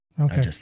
Okay